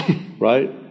right